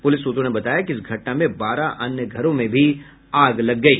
police सूत्रों ने बताया कि इस घटना में बारह अन्य घरों में भी आग लग गयी